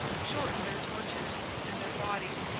shortened their tortures and their bodies,